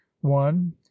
one